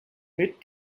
mid